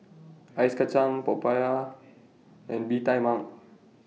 Ice Kacang Popiah and Bee Tai Mak